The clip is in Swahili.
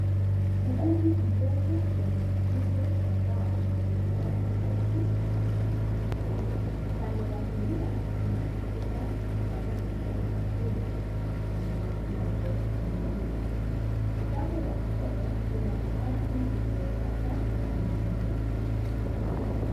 Ukumbi mrefu wenye nguzo za mbao, zenye rangi nyeusi unaonekana. Upande wa kulia, kuna ukuta wa rangi ya cream na milango mingine. Upande wa kushoto, kuna ardhi iliyochakaa na mimea.